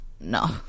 no